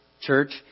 church